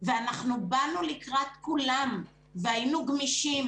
ואנחנו באנו לקראת כולם והיינו גמישים.